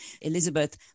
Elizabeth